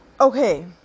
Okay